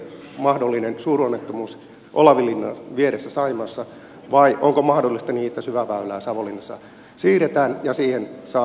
kiinnostaako teitä mahdollinen suuronnettomuus olavinlinnan vieressä saimaassa vai onko mahdollista että syväväylää savonlinnassa siirretään ja siihen saadaan sitten budjetissa rahat